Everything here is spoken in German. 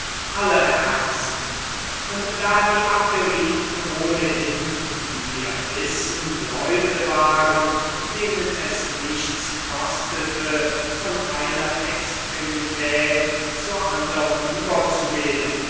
aller herzen und da die abderiten ohnehin wie wir wissen leute waren denen es nichts kostete von einer extremität zur andern überzugehen